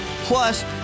Plus